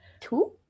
two